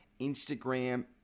Instagram